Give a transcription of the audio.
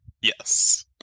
Yes